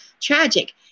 tragic